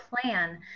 plan